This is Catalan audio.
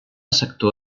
sector